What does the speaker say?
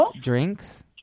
drinks